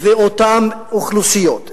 אותן אוכלוסיות,